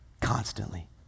constantly